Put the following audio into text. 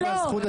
לא.